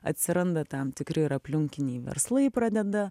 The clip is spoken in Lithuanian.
atsiranda tam tikri ir aplinkiniai verslai pradeda